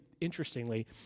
interestingly